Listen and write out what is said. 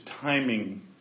timing